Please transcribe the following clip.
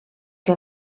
que